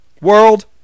world